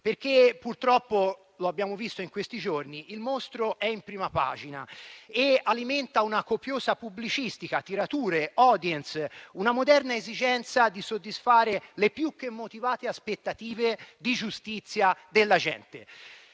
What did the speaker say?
perché purtroppo - lo abbiamo visto in questi giorni - il mostro è in prima pagina, e alimenta una copiosa pubblicistica, tirature, *audience*, una moderna esigenza di soddisfare le più che motivate aspettative di giustizia della gente.